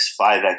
5x